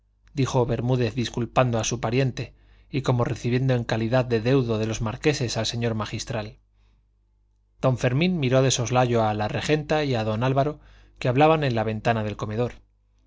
a enredar dijo bermúdez disculpando a su pariente y como recibiendo en calidad de deudo de los marqueses al señor magistral don fermín miró de soslayo a la regenta y a don álvaro que hablaban en la ventana del comedor